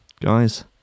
Guys